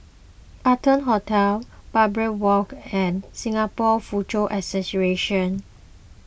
Arton Hotel Barbary Walk and Singapore Foochow Association